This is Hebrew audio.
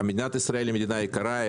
מדינת ישראל היא מדינה יקרה,